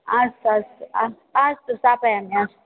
अस्तु अस्तु अस्तु अस्तु स्तापयामि हा